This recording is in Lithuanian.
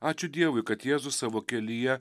ačiū dievui kad jėzus savo kelyje